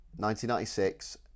1996